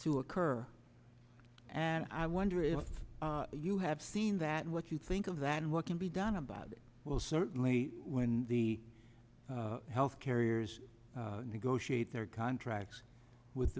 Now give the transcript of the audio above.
to occur and i wonder if you have seen that what you think of that and what can be done about it well certainly when the health carriers negotiate their contracts with